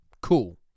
Cool